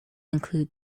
include